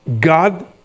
God